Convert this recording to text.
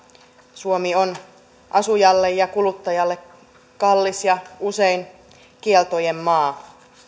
suomi on asujalle ja kuluttajalle kallis ja usein kieltojen maa